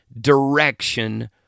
direction